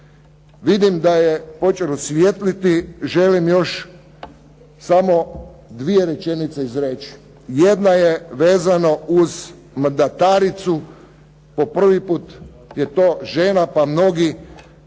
Vidim da je počelo svijetliti, želim još samo dvije rečenice izreći. Jedna je vezano uz mandataricu, po prvi put je to žena pa mnogi o